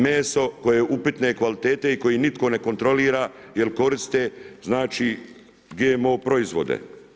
Meso koje je upitne kvalitete i koje nitko ne kontrolira jer koriste GMO proizvode.